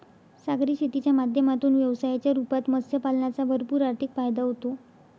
सागरी शेतीच्या माध्यमातून व्यवसायाच्या रूपात मत्स्य पालनाचा भरपूर आर्थिक फायदा होतो